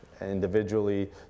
individually